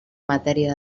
matèria